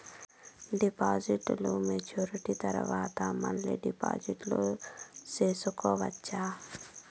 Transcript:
డిపాజిట్లు మెచ్యూరిటీ తర్వాత మళ్ళీ డిపాజిట్లు సేసుకోవచ్చా?